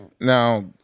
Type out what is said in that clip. Now